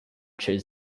choose